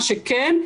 מה שכן,